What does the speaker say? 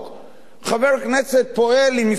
חבר כנסת פועל עם חברים,